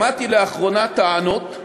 שמעתי לאחרונה טענות,